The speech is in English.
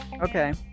Okay